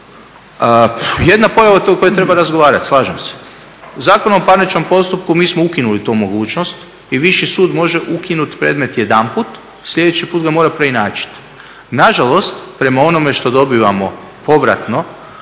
Jedna pojava o kojoj treba razgovarati, slažem se. Zakonom o parničnom postupku mi smo ukinuli tu mogućnost i Viši sud može ukinuti predmet jedanput, sljedeći put ga mora preinačiti. Na žalost, prema onome što dobivamo povratno,